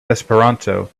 esperanto